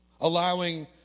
allowing